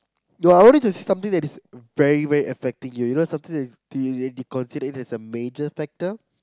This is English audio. ya I want to see something that is very very affecting you know something that is considered as a major factor